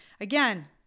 Again